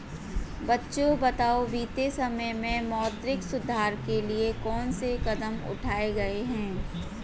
बच्चों बताओ बीते समय में मौद्रिक सुधार के लिए कौन से कदम उठाऐ गए है?